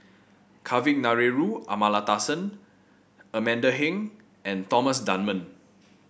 Kavignareru Amallathasan Amanda Heng and Thomas Dunman